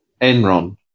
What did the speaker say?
Enron